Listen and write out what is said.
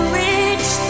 reach